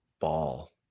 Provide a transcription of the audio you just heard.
ball